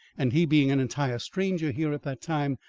and he, being an entire stranger here at that time,